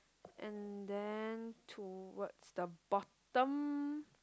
and then towards the bottom